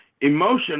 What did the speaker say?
Emotion